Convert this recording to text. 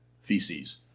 feces